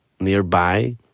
nearby